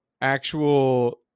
actual